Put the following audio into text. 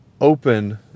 open